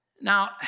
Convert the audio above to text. Now